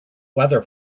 weather